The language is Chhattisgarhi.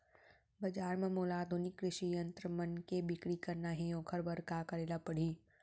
बजार म मोला आधुनिक कृषि यंत्र मन के बिक्री करना हे ओखर बर का करे ल पड़ही?